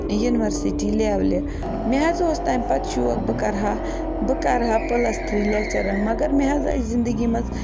university لیولہِ مےٚ حظ اوس تَمہِ پَتہٕ شوق بہٕ کَرٕ ہا بہٕ کَرٕ ہا پٕلَس تھری لیکچَرَر مگر مےٚ حظ آیہِ زِندگی منٛز